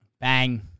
Bang